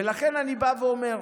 ולכן אני בא ואומר: